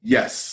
Yes